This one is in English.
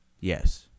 Yes